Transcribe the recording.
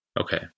Okay